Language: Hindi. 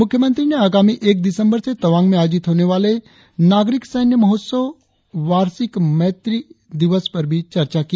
मुख्यमंत्री ने आगामी एक दिसम्बर से तवांग में आयोजित होने वाले नागरिक सैन्य महोत्सव वार्षिक मैत्री दिवस समारोह पर चर्चा किया